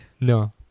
No